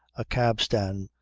a cabstand,